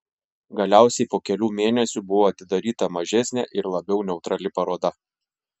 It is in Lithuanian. galiausiai po kelių mėnesių buvo atidaryta mažesnė ir labiau neutrali paroda